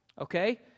Okay